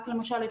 למשל,